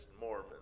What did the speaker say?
Mormons